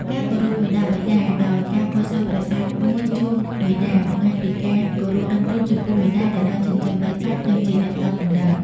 ការគោរពមាតាបិតាដោយការកសាងប្រាសាទមួយជូនមាតា បង្ហាញពីការគោរពដឹងគុណចំពោះមាតាដែលបានចិញ្ចឹមបីបាច់ និងជាអ្នកផ្ដល់កំណើត។